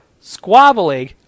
squabbling